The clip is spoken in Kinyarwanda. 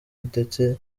ndetse